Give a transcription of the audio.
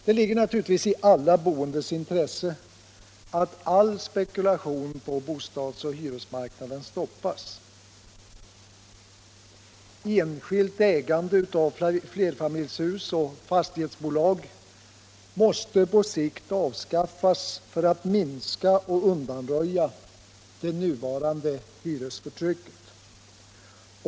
Det ligger naturligtvis i de boendes intresse att all spekulation på bostadsoch hyresmarknaden stoppas. Enskilt ägande av flerfamiljshus och fastighetsbolag måste på sikt avskaffas för att man skall kunna minska och undanröja det nuvarande hyresförtrycket.